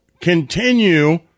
continue